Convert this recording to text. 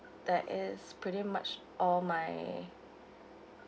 that is pretty much all my